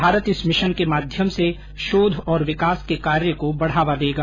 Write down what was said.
भारत इस मिशन के माध्यम से शोध और विकास के कार्य को बढ़ावा देगा